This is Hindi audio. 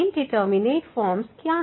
इंडिटरमिनेट फॉर्म्स क्या हैं